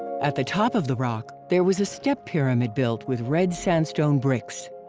at the top of the rock, there was a step pyramid built with red sandstone bricks.